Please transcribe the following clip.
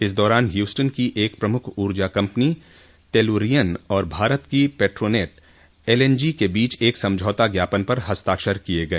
इस दौरान हयूस्टन की एक प्रमुख ऊर्जा कम्पनी टेलुरियन और भारत की पेट्रोनेट एलएनजी के बीच एक समझौता ज्ञापन पर हस्ताक्षर किए गए